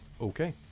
Okay